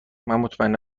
مطمئنم